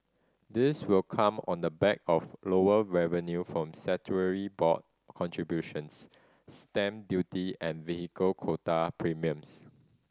this will come on the back of lower revenue from board contributions stamp duty and vehicle quota premiums